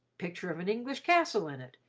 picture of an english castle in it,